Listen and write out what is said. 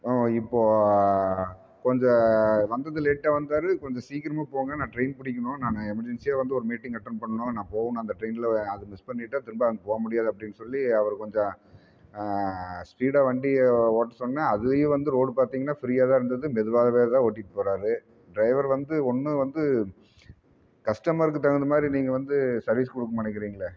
ஆமாம் இப்போது கொஞ்சம் வந்தது லேட்டாக வந்தார் கொஞ்சம் சீக்கிரமாக போங்க நான் ட்ரைன் பிடிக்கணும் நான் எமெர்ஜென்ஸியாக வந்து ஒரு மீட்டிங் அட்டெண்ட் பண்ணனும் நான் போகணும் அந்த ட்ரைன்ல அதை மிஸ் பண்ணிட்டால் திரும்ப அங்கே போ முடியது அப்படின்னு சொல்லி அவரை கொஞ்சம் ஸ்பீடாக வண்டியை ஓட்ட சொன்னேன் அதிலையும் வந்து ரோடு பார்த்திங்கன்னா ஃப்ரீயாக தான் இருந்தது மெதுவாகவே தான் ஓட்டிட்டு போகிறார் டிரைவர் வந்து ஒன்று வந்து கஸ்டமருக்கு தகுந்த மாதிரி நீங்கள் வந்து சர்வீஸ் கொடுக்க மாட்டேங்கிறிங்களே